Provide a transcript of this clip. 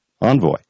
envoy